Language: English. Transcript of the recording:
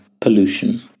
pollution